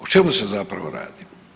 O čemu se zapravo radi?